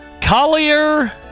Collier